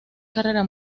carrera